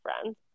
friends